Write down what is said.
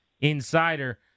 insider